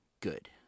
Good